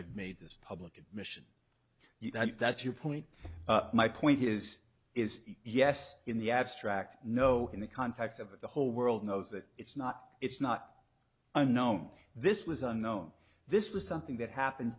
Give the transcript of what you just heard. i've made this public admission you know that's your point my point is is yes in the abstract no in the context of the whole world knows that it's not it's not unknown this was unknown this was something that happened